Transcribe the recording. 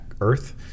Earth